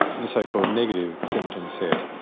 the so-called negative symptom set.